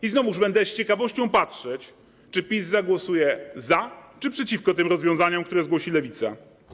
I znowuż będę z ciekawością patrzeć, czy PiS zagłosuje za czy przeciwko tym rozwiązaniom, które zgłosi Lewica.